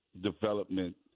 development